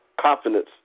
confidence